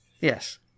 Yes